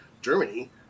Germany